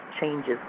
changes